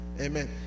Amen